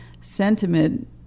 sentiment